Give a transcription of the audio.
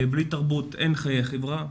בלי תרבות אין חיי חברה.